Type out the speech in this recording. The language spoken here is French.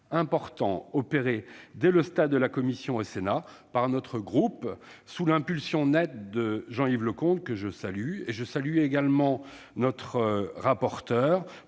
importants opérés dès le stade de l'examen en commission au Sénat par notre groupe, sous l'impulsion nette de Jean-Yves Leconte, que je salue. Je salue également notre rapporteur